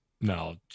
No